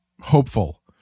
hopeful